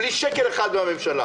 בלי שקל אחד מן הממשלה.